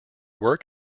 work